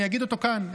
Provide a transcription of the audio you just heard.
אני אגיד אותו כאן,